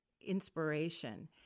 inspiration